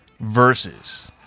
versus